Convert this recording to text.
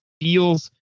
feels